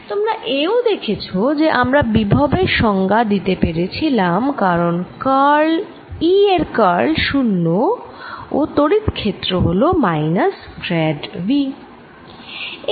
তোমরা এও দেখেছ যে আমরা বিভব এর সংজ্ঞা দিতে পেরেছিলাম কারণ E এর কার্ল 0 ও তড়িৎ ক্ষেত্র হল মাইনাস গ্র্যাড V